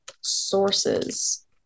sources